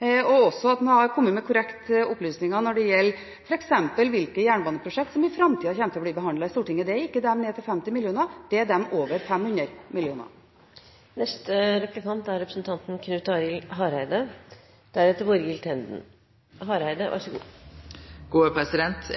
og også at en hadde kommet med korrekte opplysninger når det gjelder f.eks. hvilke jernbaneprosjekter som i framtiden kommer til å bli behandlet i Stortinget. Det er ikke de ned til 50 mill. kr, det er de over 500 mill. kr.